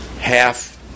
half